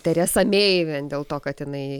teresa mei vien dėl to kad jinai